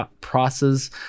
prices